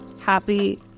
happy